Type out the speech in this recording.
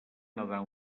nedar